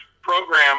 program